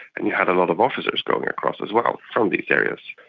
and you had a lot of officers going across as well from these areas.